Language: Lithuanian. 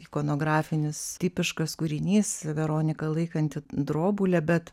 ikonografinis tipiškas kūrinys veronika laikanti drobulę bet